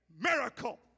miracle